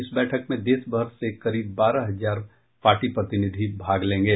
इस बैठक में देशभर से करीब बारह हजार पार्टी प्रतिनिधि भाग लेंगे